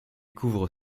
couvre